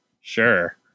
sure